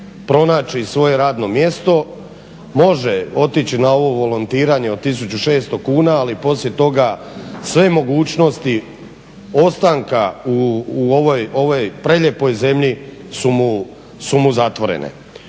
pronaći svoje radno mjesto može otići na ovo volontiranje od 1600 kuna ali poslije toga sve mogućnosti ostanka u ovoj prelijepoj zemlju su mu zatvorene.